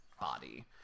body